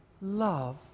love